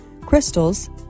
crystals